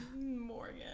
Morgan